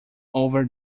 over